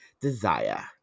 desire